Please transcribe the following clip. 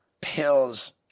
pills